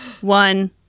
one